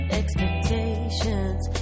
expectations